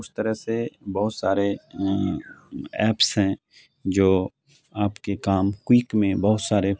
اس طرح سے بہت سارے ایپس ہیں جو آپ کے کام کوئک میں بہت سارے